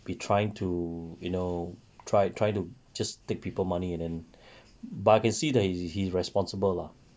be trying to you know try try to just take people money and and but I can see that he he's responsible lah